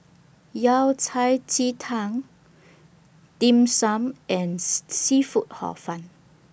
Yao Cai Ji Tang Dim Sum and Seafood Hor Fun